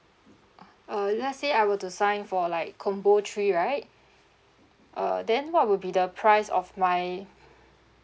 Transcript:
uh let's say I were to sign for like combo three right uh then what would be the price of my